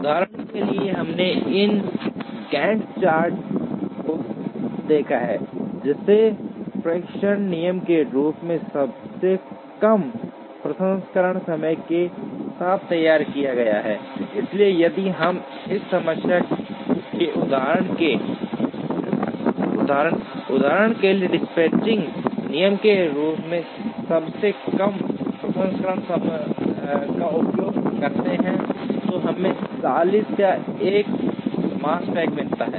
उदाहरण के लिए हमने इस गैन्ट चार्ट को देखा है जिसे प्रेषण नियम के रूप में सबसे कम प्रसंस्करण समय के साथ तैयार किया गया है इसलिए यदि हम इस समस्या के उदाहरण के लिए डिस्पैचिंग नियम के रूप में सबसे कम प्रसंस्करण समय का उपयोग करते हैं तो हमें 40 का एक मास्पैन मिलता है